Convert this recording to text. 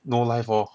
no life lor